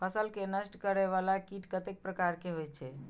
फसल के नष्ट करें वाला कीट कतेक प्रकार के होई छै?